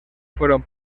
fueron